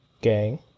Gang